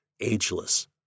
ageless